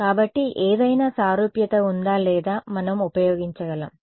కాబట్టి ఏదైనా సారూప్యత ఉందా లేదా మనం ఉపయోగించగలము